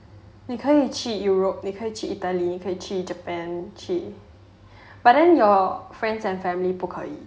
你可以去 europe 你可以去 italy 你可以去 japan but then your friends and family 不可以